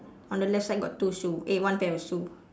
on the left side got two shoe eh one pair of shoe